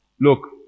Look